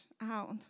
out